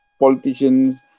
politicians